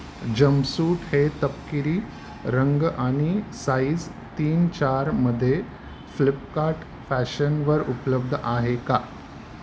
jumpsuit हे तपकिरी रंग आनि साइज तीन चारमध्ये फ्लिपकार्ट फॅशनवर उपलब्ध आहे का